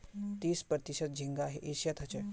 तीस प्रतिशत झींगा एशियात ह छे